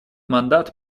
мандат